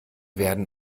werden